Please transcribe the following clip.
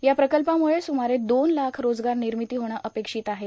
या प्रकल्पांमुळे सुमारे दोन लाख रोजगार निर्मिती होणं अपेक्षित आहे